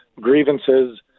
grievances